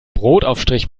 brotaufstrich